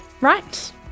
Right